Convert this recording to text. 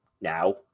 now